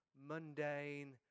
mundane